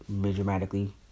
dramatically